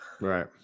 Right